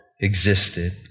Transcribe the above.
existed